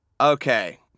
Okay